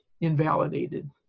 invalidated